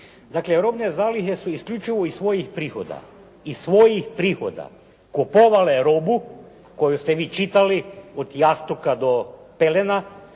Dakle, robne zalihe su isključivo iz svojih prihoda. Iz svojih prihoda kupovale robu koju ste vi čitali od jastuka do pelena